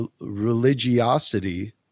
religiosity